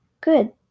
Good